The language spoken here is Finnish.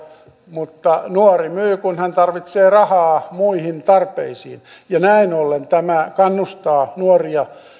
mutta nuori myy kun hän tarvitsee rahaa muihin tarpeisiin näin ollen tämä kannustaa nuoria